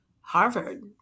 Harvard